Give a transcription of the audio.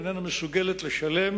איננה מסוגלת לשלם